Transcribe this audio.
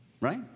Right